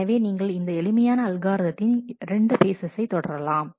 எனவே நீங்கள் இந்த எளிமையான அல்காரிதத்தின் 2 ஃபேஸசை தொடரலாம்